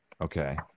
Okay